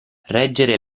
reggere